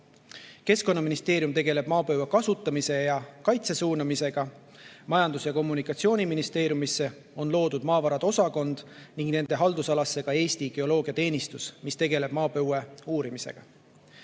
Keskkonnaministeerium tegeleb maapõue kasutamise ja kaitse suunamisega. Majandus‑ ja Kommunikatsiooniministeeriumisse on loodud maavarade osakond ning selle haldusalasse ka Eesti Geoloogiateenistus, mis tegeleb maapõue uurimisega.